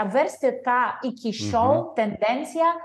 apversti ką iki šiol tendencija